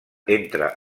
entre